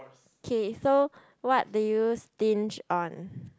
okay so what do you stinge on